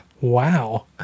Wow